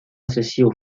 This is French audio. associent